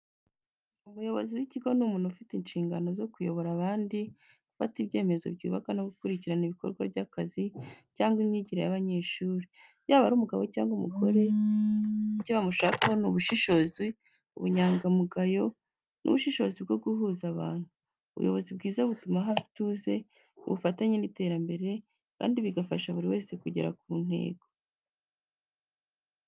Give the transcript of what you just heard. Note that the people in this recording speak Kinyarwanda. Umuyobozi w’ikigo ni umuntu ufite inshingano zo kuyobora abandi, gufata ibyemezo byubaka, no gukurikirana ibikorwa by’akazi cyangwa imyigire y’abanyeshuri. Yaba ari umugabo cyangwa umugore, icyo bamushakaho ni ubushishozi, ubunyangamugayo n’ubushobozi bwo guhuza abantu. Ubuyobozi bwiza butuma haba ituze, ubufatanye n’iterambere, kandi bigafasha buri wese kugera ku ntego.